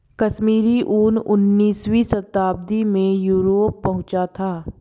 कश्मीरी ऊन उनीसवीं शताब्दी में यूरोप पहुंचा था